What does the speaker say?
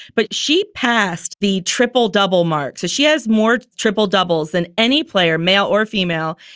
but she passed the triple double mark. so she has more triple doubles than any player, male or female,